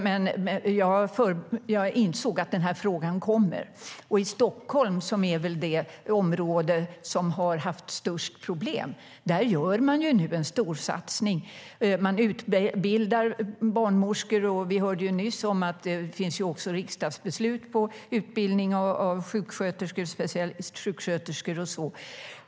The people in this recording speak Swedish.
I Stockholm, som väl är det område som har haft störst problem, görs nu en storsatsning. Barnmorskor utbildas, och vi hörde nyss att det också finns riksdagsbeslut om utbildning av sjuksköterskor, specialistsjuksköterskor och så vidare.